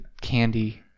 Candy